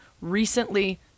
recently